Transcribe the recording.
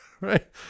right